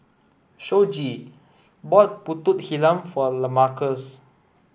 Shoji bought Pulut Hitam for Lamarcus